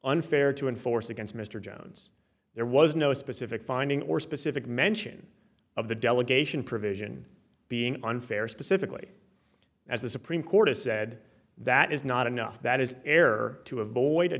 unfair to enforce against mr jones there was no specific finding or specific mention of the delegation provision being unfair specifically as the supreme court has said that is not enough that is error to avoid a